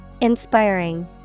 Inspiring